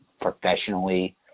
professionally